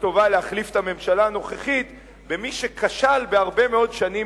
טובה להחליף את הממשלה הנוכחית במי שכשל הרבה מאוד שנים